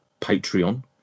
Patreon